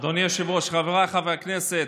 אדוני היושב-ראש, חבריי חברי הכנסת,